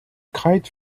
kite